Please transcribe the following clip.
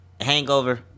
Hangover